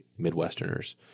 Midwesterners